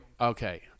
okay